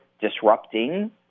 disrupting